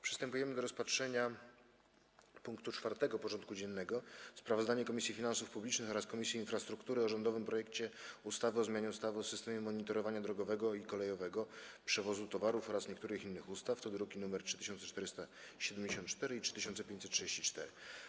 Przystępujemy do rozpatrzenia punktu 4. porządku dziennego: Sprawozdanie Komisji Finansów Publicznych oraz Komisji Infrastruktury o rządowym projekcie ustawy o zmianie ustawy o systemie monitorowania drogowego i kolejowego przewozu towarów oraz niektórych innych ustaw (druki nr 3474 i 3534)